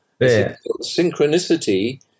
Synchronicity